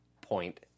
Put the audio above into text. point